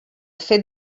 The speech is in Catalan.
fet